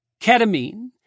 Ketamine